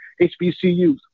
HBCUs